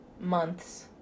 months